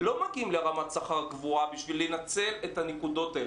פרספקס בינינו.